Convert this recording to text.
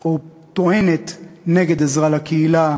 או טוענת נגד עזרה לקהילה,